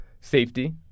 safety